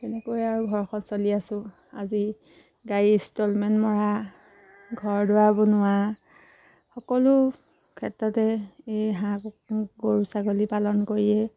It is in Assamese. তেনেকৈয়ে আৰু ঘৰখন চলি আছো আজি গাড়ী ইনষ্টলমেণ্ট মৰা ঘৰ দুৱাৰ বনোৱা সকলো ক্ষেত্ৰতে এই হাঁহ কুকুৰা গৰু ছাগলী পালন কৰিয়েই